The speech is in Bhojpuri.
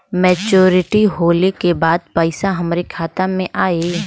मैच्योरिटी होले के बाद पैसा हमरे खाता में आई?